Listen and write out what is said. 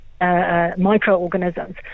microorganisms